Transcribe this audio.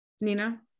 Nina